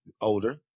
older